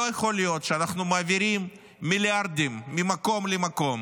לא יכול להיות שאנחנו מעבירים מיליארדים ממקום למקום